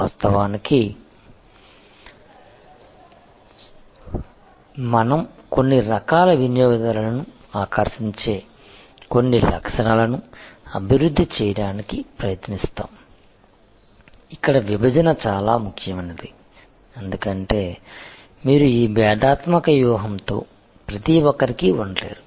వాస్తవానికి మనం కొన్ని రకాల వినియోగదారులను ఆకర్షించే కొన్ని లక్షణాలను అభివృద్ధి చేయడానికి ప్రయత్నిస్తాము ఇక్కడ విభజన చాలా ముఖ్యమైనది ఎందుకంటే మీరు ఈ భేదాత్మక వ్యూహంతో ప్రతిఒక్కరికీ ఉండలేరు